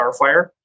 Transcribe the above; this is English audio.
Starfire